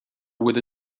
with